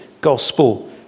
gospel